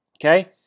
Okay